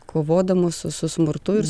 kovodamos su smurtu ir